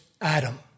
Adam